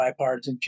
bipartisanship